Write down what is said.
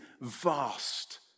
vast